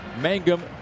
Mangum